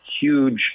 Huge